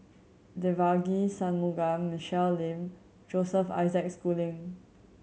Devagi Sanmugam Michelle Lim Joseph Isaac Schooling